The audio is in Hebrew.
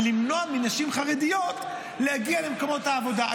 למנוע מנשים חרדיות להגיע למקומות העבודה.